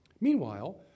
Meanwhile